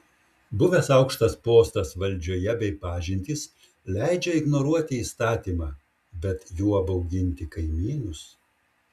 buvęs aukštas postas valdžioje bei pažintys leidžia ignoruoti įstatymą bet juo bauginti kaimynus